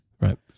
Right